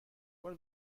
بار